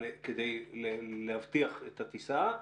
כדי להבטיח את הטיסה?